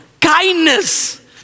kindness